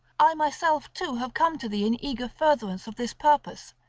i myself too have come to thee in eager furtherance of this purpose,